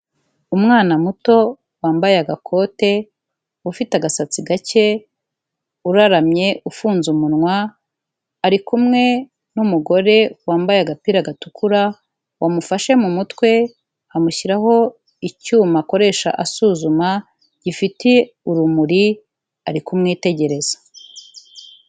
Umwana muto wambaye agakote, ufite agasatsi gake, uraramye ufunze umunwa, ari kumwe n'umugore wambaye agapira gatukura wamufashe mu mutwe, amushyiraho icyuma akoresha asuzuma gifite urumuri ari kumwitegereza.